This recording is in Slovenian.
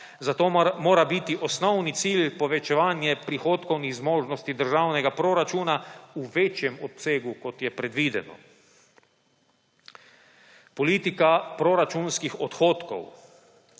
Zato mora biti osnovni cilj povečevanje prihodkovnih zmožnosti državnega proračuna v večjem obsegu, kot je predvideno. Politika proračunskih odhodkov,